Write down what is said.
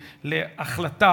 למשל?